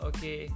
Okay